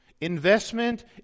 investment